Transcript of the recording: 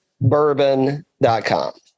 bourbon.com